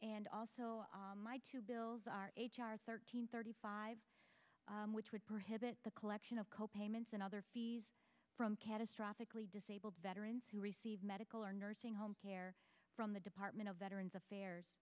and also my two bills are thirteen thirty five which would prevent the collection of co payments and other fees from catastrophic lee disabled veterans who receive medical or nursing home care from the department of veterans affairs